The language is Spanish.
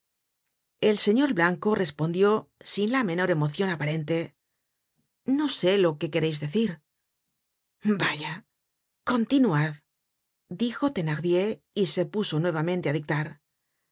el señor blanco respondió sin la menor emocion aparente no sé lo que quereis decir vaya continuad dijo thenardier y se puso nuevamente á dictar